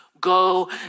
go